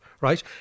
right